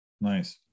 Nice